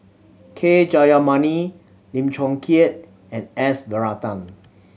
K Jayamani Lim Chong Keat and S Varathan